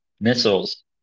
Missiles